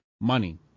Money